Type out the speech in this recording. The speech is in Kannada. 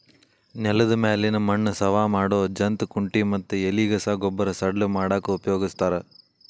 ನೆಲದ ಮ್ಯಾಲಿನ ಮಣ್ಣ ಸವಾ ಮಾಡೋ ಜಂತ್ ಕುಂಟಿ ಮತ್ತ ಎಲಿಗಸಾ ಗೊಬ್ಬರ ಸಡ್ಲ ಮಾಡಾಕ ಉಪಯೋಗಸ್ತಾರ